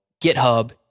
GitHub